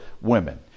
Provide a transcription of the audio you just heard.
women